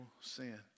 sin